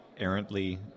errantly